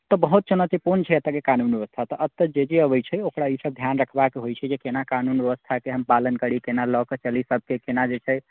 तऽ बहुत चुनौतीपूर्ण छै एतऽके कानून व्यवस्था तऽ एतऽजे जे अबैत छै ओकरा ई सभ ध्यान रखबाके होइत छै जे केना कानून व्यवस्थाके हम पालन करी केना लऽ कऽ चलि सभके केना जे छै